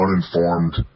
uninformed